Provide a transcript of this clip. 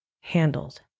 handled